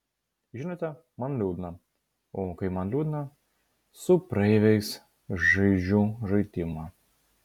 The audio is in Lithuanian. žinote man liūdna o kai man liūdna su praeiviais žaidžiu žaidimą